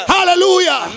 Hallelujah